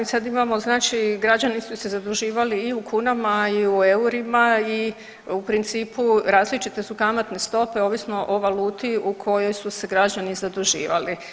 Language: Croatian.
Da, sada imamo znači građani su se zaduživali i u kunama i u eurima i u principu različite su kamatne stope ovisno o valuti u kojoj su se građani zaduživali.